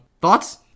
Thoughts